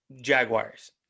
Jaguars